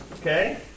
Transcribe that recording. Okay